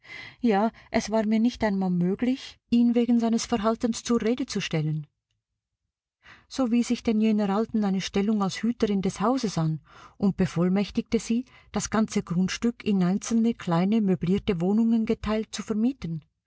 ja es war mir nicht einmal möglich ihn wegen seines verhaltens zur rede zu stellen so wies ich denn jener alten eine stellung als hüterin des hauses an und bevollmächtigte sie das ganze grundstück in einzelne kleine möblierte wohnungen geteilt zu vermieten